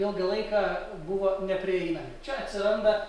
ilgą laiką buvo neprieinami čia atsiranda